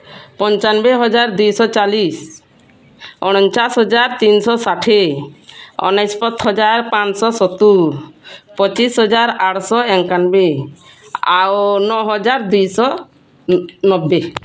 ପଞ୍ଚାନବେ ହଜାର ଦୁଇଶହ ଚାଳିଶ ଅଣଚାଶ ହଜାର ତିନିଶହ ଷାଠିଏ ଅନେଶ୍ୱତ ହଜାର ପାଞ୍ଚଶହ ସତୁରୀ ପଚିଶ ହଜାର ଆଠଶହ ଏକାନବେ ଆଉ ନଅହଜାର ଦୁଇଶହ ନବେ